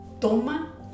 toma